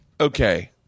okay